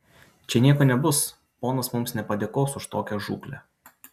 čia nieko nebus ponas mums nepadėkos už tokią žūklę